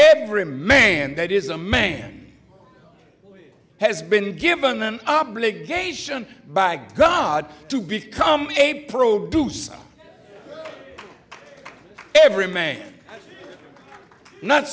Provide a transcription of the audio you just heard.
every man that is a man has been given an obligation by god to become a pro to sell every may not